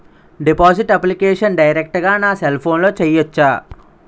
Deposit application direct గా నా cell ఫోన్లో చెయ్యచా?